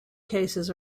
cases